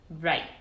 Right